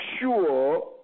sure